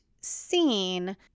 scene